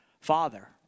Father